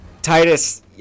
Titus